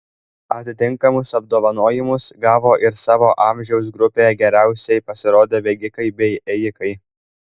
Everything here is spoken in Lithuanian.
atitinkamus apdovanojimus gavo ir savo amžiaus grupėje geriausiai pasirodę bėgikai bei ėjikai